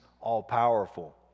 all-powerful